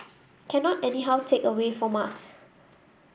cannot anyhow take away from us